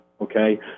okay